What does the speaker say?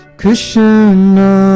Krishna